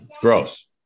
Gross